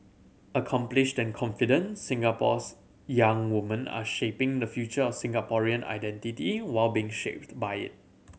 accomplished and confident Singapore's young woman are shaping the future of Singaporean identity while being shaped by it